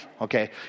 Okay